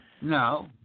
No